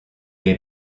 est